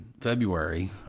February